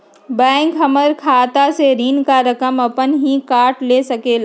Bank हमार खाता से ऋण का रकम अपन हीं काट ले सकेला?